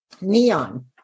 Neon